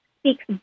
speaks